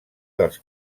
dels